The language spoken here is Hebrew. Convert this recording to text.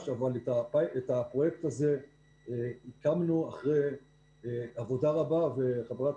אבל את הפרויקט הזה הקמנו אחרי עבודה רבה וחברת